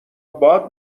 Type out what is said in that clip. باد